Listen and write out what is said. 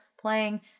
playing